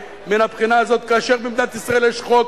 מהבחינה הזאת כאשר במדינת ישראל יש חוק,